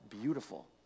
beautiful